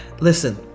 listen